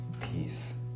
Peace